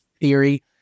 theory